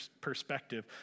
perspective